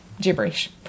gibberish